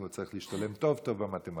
הוא צריך להשתלם טוב טוב במתמטיקה.